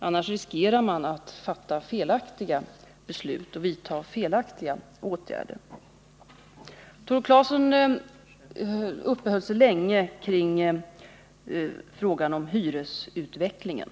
Annars riskerar man att fatta felaktiga beslut och vidta felaktiga åtgärder. Tore Claeson uppehöll sig länge vid frågan om hyresutvecklingen.